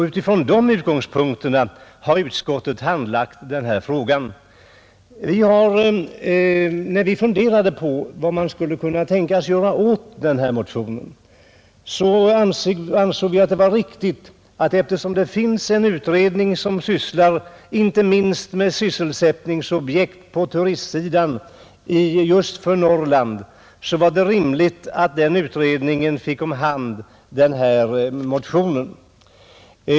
Med de utgångspunkterna har utskottet handlagt denna fråga. När vi funderade på vad man skulle kunna tänka sig att göra åt motionen ansåg vi att det var riktigt att överlämna den till den utredning som sysslar inte minst med sysselsättningsobjekt för Norrland på turistsidan.